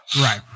Right